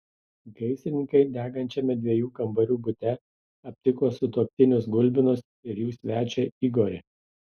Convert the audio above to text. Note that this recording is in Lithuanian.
gaisrininkai degančiame dviejų kambarių bute aptiko sutuoktinius gulbinus ir jų svečią igorį